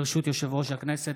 ברשות יושב-ראש הכנסת,